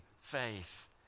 faith